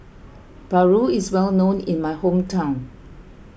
Paru is well known in my hometown